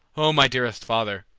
o my dearest father,